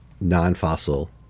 non-fossil